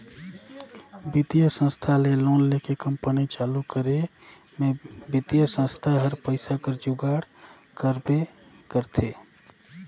बित्तीय संस्था ले लोन लेके कंपनी चालू करे में बित्तीय संस्था हर पइसा कर जुगाड़ करबे करथे